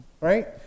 Right